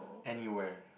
anywhere